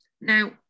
Now